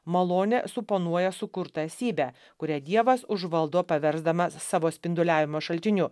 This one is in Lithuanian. malonė suponuoja sukurtą esybę kurią dievas užvaldo paversdamas savo spinduliavimo šaltiniu